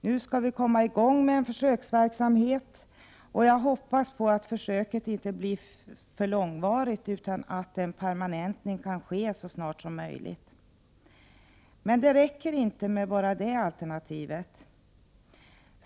Nu skall vi komma i gång med en försöksverksamhet, och jag hoppas att försöket inte drar ut på tiden utan att en permanentning kan ske inom kort. Men det räcker inte med bara det alternativet.